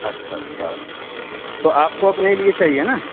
اچھا اچھا تو آپ کو اپنے لیے چاہیے نا